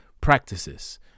practices